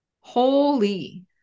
Holy